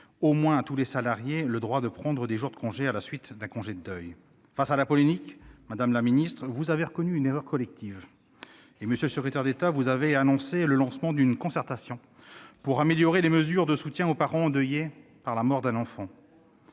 garantissait à tous les salariés au moins le droit de prendre des jours de congé à la suite d'un congé de deuil. Face à la polémique, madame la ministre, vous avez reconnu une « erreur collective » et, monsieur le secrétaire d'État, vous avez annoncé le lancement d'une concertation pour améliorer les mesures de soutien aux parents endeuillés par la mort d'un enfant.